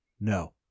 no